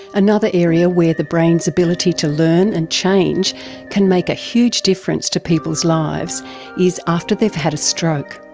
another area where the brain's ability to learn and change can make a huge difference to people's lives is after they've had a stroke.